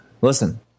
listen